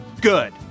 Good